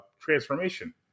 transformation